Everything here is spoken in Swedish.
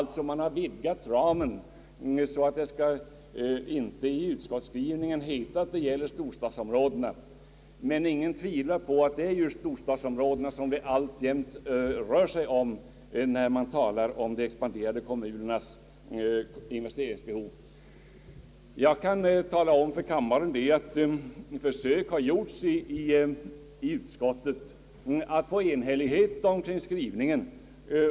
Man har alltså vidgat ramen så, att det inte i utskottets skrivning skall stå att det gäller storstadsområdena, men ingen tvivlar på att det alltjämt rör sig just om storstadsområdena när det talas om de expanderande kommunernas investeringsbehov. Jag kan tala om för kammaren, att man i utskottet har gjort försök att åstadkomma enighet om skrivningen.